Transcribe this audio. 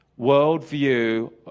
worldview